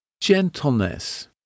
gentleness